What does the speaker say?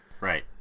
Right